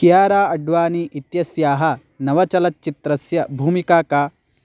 कियारा अड्वानी इत्यस्याः नवचलच्चित्रस्य भूमिका का